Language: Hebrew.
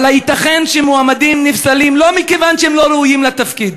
אבל הייתכן שמועמדים נפסלים לא מכיוון שהם לא ראויים לתפקיד,